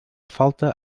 falta